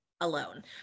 alone